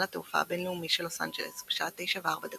התעופה הבין-לאומי של לוס אנג'לס בשעה 904,